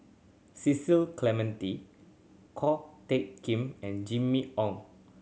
Cecil Clementi Ko Teck Kin and Jimmy Ong